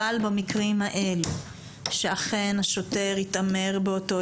אבל במקרים האלה שאכן השוטר התעמר באותו